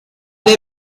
der